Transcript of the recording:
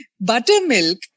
buttermilk